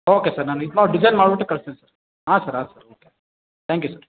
okay sir ನಾನು ಇದು ಮಾಡಿ ಡಿಸೈನ್ ಮಾಡಿಬಿಟ್ಟು ಕಳಿಸ್ತೀನಿ ಸರ್ ಹಾಂ ಸರ್ ಹಾಂ sir okay thank you sir